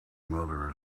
mother